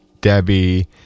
Debbie